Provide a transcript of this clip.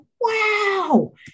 Wow